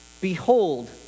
Behold